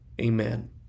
Amen